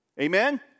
Amen